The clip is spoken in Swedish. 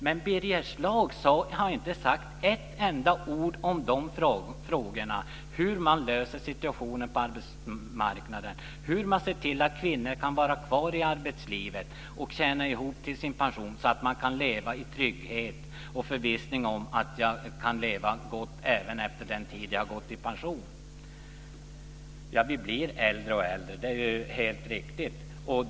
Men Birger Schlaug har inte sagt ett enda ord om de frågorna, hur man löser situationen på arbetsmarknaden, hur man ser till att kvinnor kan vara kvar i arbetslivet och tjäna ihop till sin pension så att de kan känna trygghet och förvissning om att de kan leva gott även efter den tid då de har gått i pension. Vi blir äldre och äldre - det är helt riktigt.